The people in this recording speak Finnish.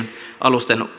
alusten